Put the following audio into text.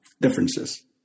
differences